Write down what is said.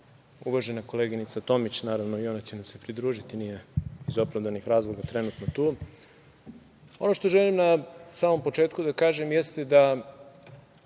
uvažena koleginica Tomić, ona će nam se pridružiti, iz opravdanih razloga trenutno nije tu. Ono što želim na samom početku da kažem jeste da